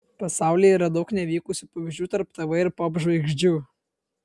pasaulyje yra daug nevykusių pavyzdžių tarp tv ir popžvaigždžių